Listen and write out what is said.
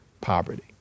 poverty